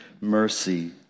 mercy